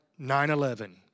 9-11